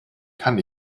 kann